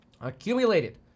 Accumulated